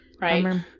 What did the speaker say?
right